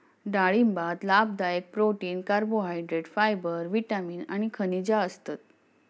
डाळिंबात लाभदायक protein, carbohydrate, fibre, vitamin आणि खनिजा असतत